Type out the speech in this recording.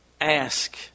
ask